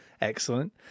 excellent